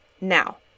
Now